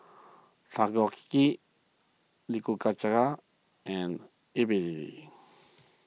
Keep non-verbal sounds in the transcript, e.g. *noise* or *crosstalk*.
*unintelligible* *unintelligible* and *unintelligible*